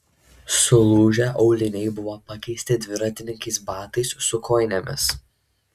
sulūžę auliniai buvo pakeisti dviratininkės batais su kojinėmis